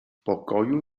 pokoju